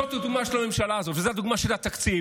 זאת הדוגמה של הממשלה הזאת, וזו הדוגמה של תקציב.